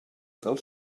del